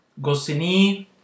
Gosini